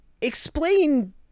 explain